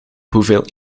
hoeveel